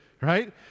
right